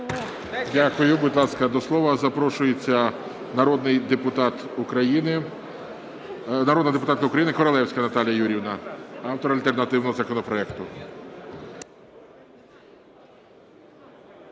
Дякую. Будь ласка, до слова запрошується народна депутатка України Королевська Наталія Юріївна, автор альтернативного законопроекту.